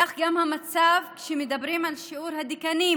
כך גם המצב כשמדברים על שיעור הדיקנים,